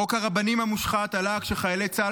חוק הרבנים המושחת עלה כשחיילי צה"ל